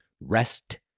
rest